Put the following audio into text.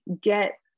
get